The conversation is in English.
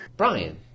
Brian